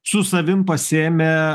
su savim pasiėmė